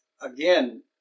again